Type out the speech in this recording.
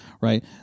right